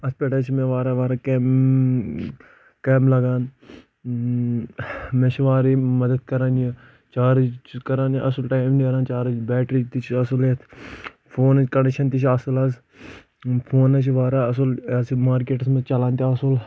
اَتھ پٮ۪ٹھ حظ چھِ مےٚ واریاہ واریاہ کیٚنٛہہ کامہِ لگان مےٚ چھِ واریاہ مدد کَران یہِ چارٕج چھ کَران یہِ اَصٕل ٹایم نیٚران چارٕج بیٚٹری تہِ چھِ اَصٕل یتھ فونٕچ کنڈِشن تہِ چھِ اَصٕل حظ فون حظ چھ واریاہ اَصل یہ ہسا چھ مارکیٚٹس منٛز چلان تہِ اَصٕل